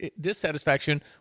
dissatisfaction